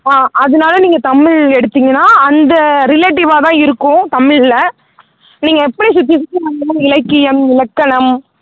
ஆ அதனால நீங்கள் தமிழ் எடுத்தீங்கனா அந்த ரிலேட்டிவாக தான் இருக்கும் தமிழில் நீங்கள் எப்படியும் சுற்றி சுற்றி வந்து இலக்கியம் இலக்கணம்